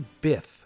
Biff